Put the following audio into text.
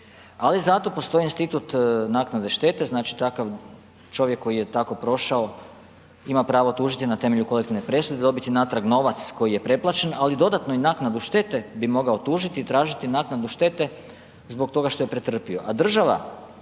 ali zato postoji institut naknade štete, znači takav čovjek koji je tako prošao ima pravo tužiti na temelju kolektivne presude, dobiti natrag novac koji je preplaćen, ali i dodatno i naknadu štete bi mogao tužiti i tražiti naknadu štete zbog toga što je pretrpio.